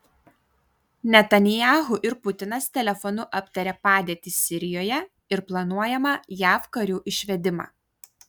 netanyahu ir putinas telefonu aptarė padėtį sirijoje ir planuojamą jav karių išvedimą